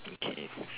okay